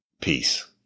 Peace